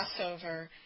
crossover